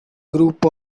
group